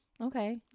Okay